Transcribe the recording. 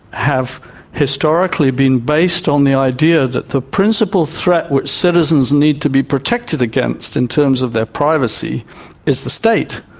have historically been based on the idea that the principal threat which citizens need to be protected against in terms of their privacy is the state.